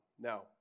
Now